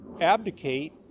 abdicate